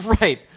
Right